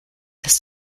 dass